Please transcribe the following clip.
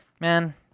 Man